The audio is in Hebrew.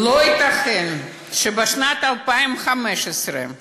לא ייתכן שבשנת 2015,